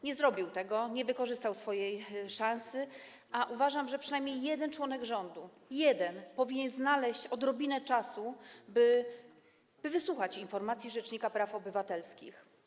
Nie zrobił tego, nie wykorzystał swojej szansy, a uważam, że przynajmniej jeden członek rządu, jeden, powinien znaleźć odrobinę czasu, by wysłuchać informacji rzecznika praw obywatelskich.